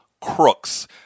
crooks